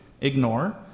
ignore